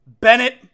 Bennett